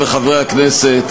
חבר הכנסת